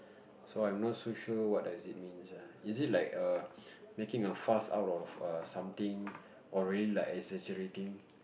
so I'm not so sure what does it means ah is it like err making a fuss out of err something or really like exaggerating